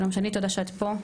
שלום שני תודה שאת פה.